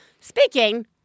Speaking